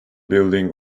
building